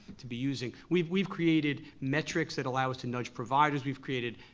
to be using. we've we've created metrics that allow us to nudge providers, we've created